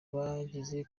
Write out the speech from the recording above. bagize